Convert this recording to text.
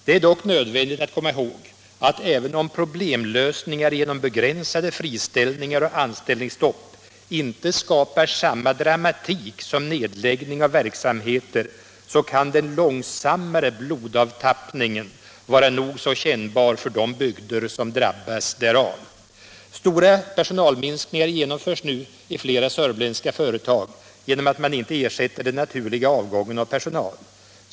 Det är dock nödvändigt att komma ihåg att även om problemlösningar genom begränsade friställningar och anställningsstopp inte skapar samma dramatik som nedläggning av verksamheter, kan den långsammare blodavtappningen vara nog så kännbar för de bygder som drabbas därav. Stora personalminskningar genomförs nu i flera sörmländska företag genom att man inte ersätter den naturliga avgången av personal.